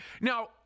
Now